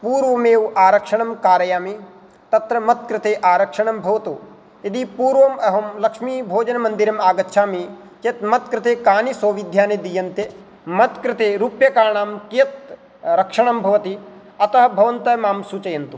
पूर्वमेव आरक्षणं कारयामि तत्र मत्कृते आरक्षणं भवतु यदि पूर्वमहं लक्ष्मीभोजनमन्दिरम् आगच्छामि चेत् मत्कृते कानि सौविध्यानि दीयन्ते मत्कृते रूप्यकाणां कियत् रक्षणं भवति अतः भवन्तः मां सूचयन्तु